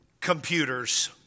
computers